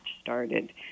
started